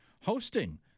hosting